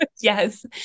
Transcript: Yes